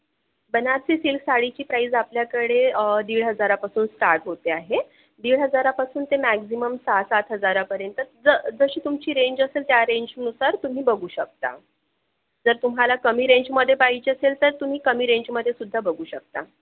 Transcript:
Banarasi silk साडीची price आपल्याकडे दीड हजारापासून स्टार्ट होते आहे दीड हजारापासून ते मॅक्सिमम सहा सात हजारापर्यंत जशी तुमची रेंज असेल त्या रेंजनुसार तुम्ही बघू शकता जर तुम्हाला कमी रेंजमध्ये पाहिजे असेल तर तुम्ही कमी रेंजमध्ये सुध्दा बघू शकता